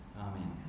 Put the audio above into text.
Amen